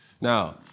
Now